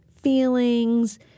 feelings